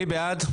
מי בעד?